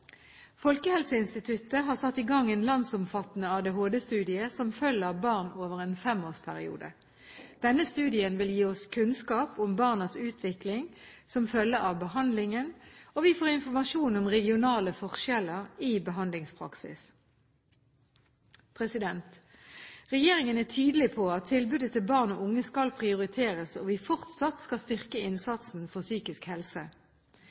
Folkehelseinstituttet har satt i gang en landsomfattende ADHD-studie som følger barn over en femårsperiode. Denne studien vil gi oss kunnskap om barnas utvikling som følge av behandlingen, og vi får informasjon om regionale forskjeller i behandlingspraksis. Regjeringen er tydelig på at tilbudet til barn og unge skal prioriteres, og at vi fortsatt skal styrke innsatsen for psykisk helse.